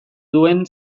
duen